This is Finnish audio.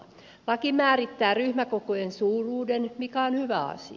laki määrittää ryhmäkokojen suuruuden mikä on hyvä asia